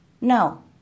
Now